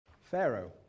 Pharaoh